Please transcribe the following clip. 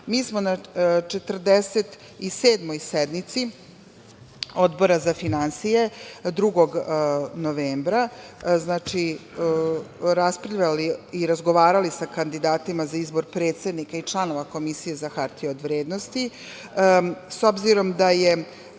smo na 47. sednici Odbora za finansije 2. novembra raspravljali i razgovarali sa kandidatima za izbor predsednika i članova Komisije za hartije od vrednosti. S obzirom da je